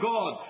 God